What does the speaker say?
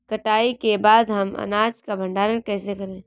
कटाई के बाद हम अनाज का भंडारण कैसे करें?